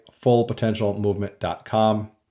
fullpotentialmovement.com